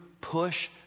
push